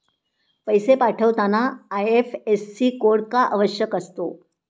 पैसे पाठवताना IFSC code का आवश्यक असतो?